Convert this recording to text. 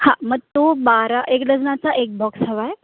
हा मग तो बारा एक डझनाचा एक बॉक्स हवा आहे